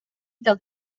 del